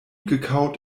gekaut